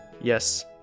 yes